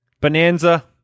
Bonanza